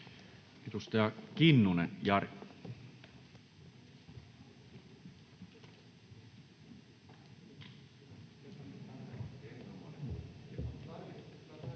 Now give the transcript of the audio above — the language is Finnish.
Kiitos.